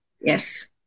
Yes